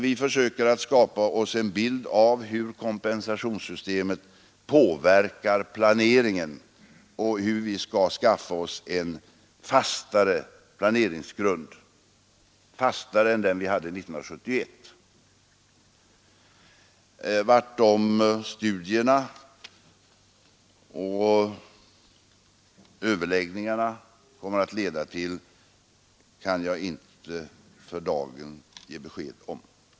Vi försöker att skapa oss en bild av hur kompensationssystemet påverkar planeringen och hur vi skall skaffa oss en fastare planeringsgrund än den vi hade 1971. Vad de studierna och överläggningarna kommer att leda till kan jag inte för dagen ge besked om.